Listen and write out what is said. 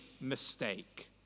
mistake